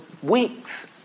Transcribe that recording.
weeks